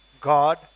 God